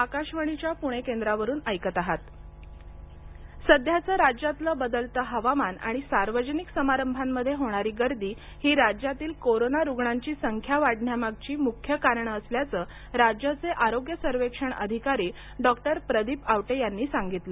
आवटे सध्याचं राज्यातलं बदलतं हवामान आणि सार्वजनिक समारंभांमध्ये होणारी गर्दी ही राज्यातील कोरोना रुग्णांची संख्या वाढण्यामागची म्ख्य कारणं असल्याचं राज्याचे आरोग्य सर्वेक्षण अधिकारी डॉक्टर प्रदीप आवटे यांनी सांगितलं